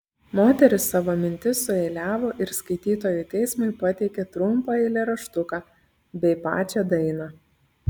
moteris savo mintis sueiliavo ir skaitytojų teismui pateikė trumpą eilėraštuką bei pačią dainą